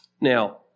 Now